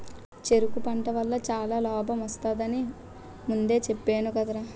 చెరకు పంట వల్ల చాలా లాభమొత్తది అని ముందే చెప్పేను కదరా?